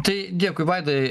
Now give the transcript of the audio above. tai dėkui vaidai